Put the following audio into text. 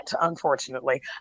unfortunately